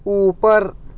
اوپر